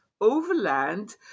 overland